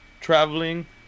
traveling